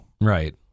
Right